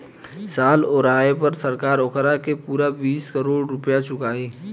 साल ओराये पर सरकार ओकारा के पूरा बीस करोड़ रुपइया चुकाई